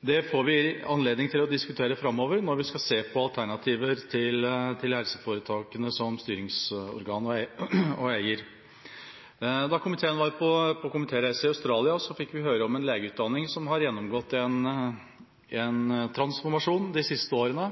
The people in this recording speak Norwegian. Det får vi anledning til å diskutere framover når vi skal se på alternativer til helseforetakene som styringsorgan og eier. Da komiteen var på komitéreise i Australia, fikk vi høre om en legeutdanning som har gjennomgått en transformasjon de siste årene.